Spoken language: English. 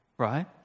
Right